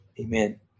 Amen